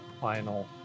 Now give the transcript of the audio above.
final